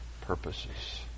purposes